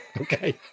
Okay